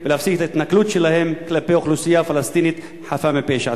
ולהפסיק את ההתנכלות שלהם כלפי אוכלוסייה פלסטינית חפה מפשע.